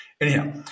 Anyhow